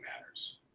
matters